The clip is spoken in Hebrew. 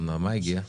גם נעמה הגיעה